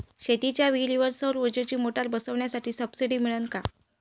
शेतीच्या विहीरीवर सौर ऊर्जेची मोटार बसवासाठी सबसीडी मिळन का?